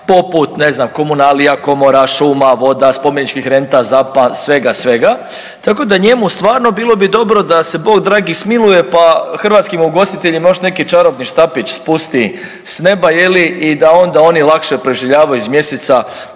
poput ne znam komunalija, komora, šuma, voda, spomeničkih renta, ZAP-a, svega, svega, tako da njemu stvarno bilo bi dobro da se Bog dragi smiluje pa hrvatskim ugostiteljima mož neki čarobni štapić spusti s neba i da ona oni lakše preživljavaju iz mjeseca